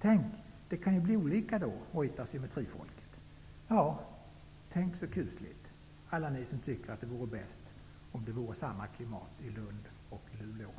Tänk, det kan ju bli olika!, hojtar symmetrifolket. Ja, tänk så kusligt!, alla ni som tycker att det vore bäst om det vore samma klimat i Lund och Luleå.